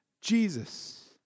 Jesus